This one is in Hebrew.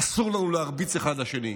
אסור לנו להרביץ אחד לשני.